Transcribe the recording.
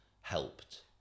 helped